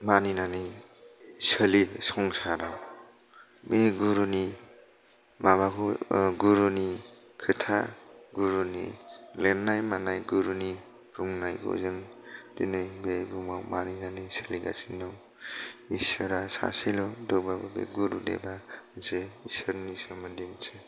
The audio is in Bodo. मानिनानै सोलियो संसाराव बे गुरुनि माबाखौ गुरुनि खोथा गुरुनि लेरनाय मानाय गुरुनि बुंनायखौ जों दिनै बे बुहुमाव मानिनै सोलिगासिनो दं इसोरा सासेल' थेवबाबो बे गुरुदेबा जे इसोरनि सोमोन्दै मिथियो